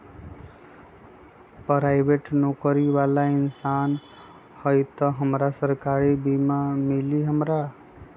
Private नौकरी बाला इंसान हई त हमरा सरकारी बीमा मिली हमरा?